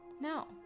No